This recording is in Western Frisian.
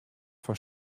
fan